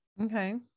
Okay